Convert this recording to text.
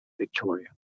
Victoria